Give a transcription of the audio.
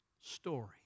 story